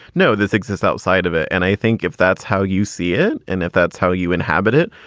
no, this exists outside of it. and i think if that's how you see it and if that's how you inhabit it,